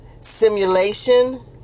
simulation